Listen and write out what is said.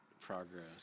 progress